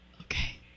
Okay